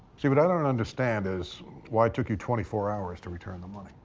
see, what i don't understand is why it took you twenty four hours to return the money.